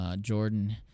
Jordan